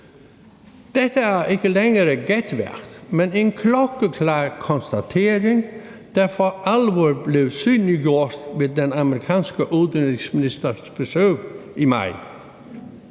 Dette er ikke længere gætværk, men en klokkeklar konstatering, der for alvor blev synliggjort ved den amerikanske udenrigsministers besøg i maj.